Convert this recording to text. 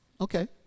okay